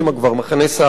מחנה "סהרונים".